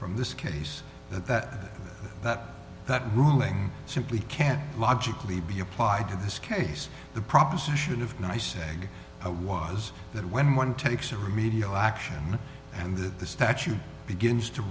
from this case that that that that ruling simply can't logically be applied to this case the proposition of can i say i was that when one takes a remedial action and that the statute begins to